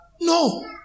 No